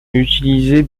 utilisait